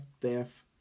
death